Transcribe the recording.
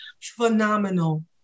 phenomenal